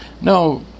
No